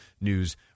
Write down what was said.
News